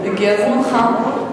הגיע זמנך.